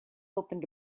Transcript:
opened